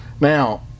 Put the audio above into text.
Now